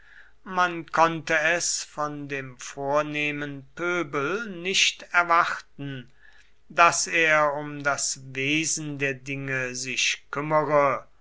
man konnte es von dem vornehmen pöbel nicht erwarten daß er um das wesen der dinge sich kümmere